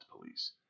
police